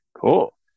Cool